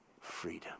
freedom